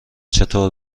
چطور